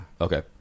Okay